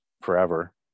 forever